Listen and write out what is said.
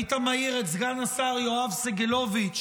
היית מעיר את סגן השר יואב סגלוביץ'